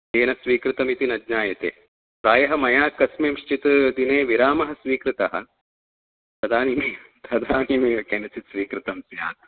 केन स्वीकृतमिति न ज्ञायते प्रायः मया कस्मिन्श्चित् दिने विरामः स्वीकृतः तदानीं तदानीमेव केनचित् स्वीकृतं स्यात्